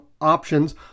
options